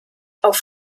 auf